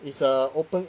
it's a open